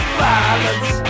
violence